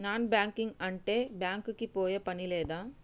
Non banking అంటే bank కి పోయే పని లేదా?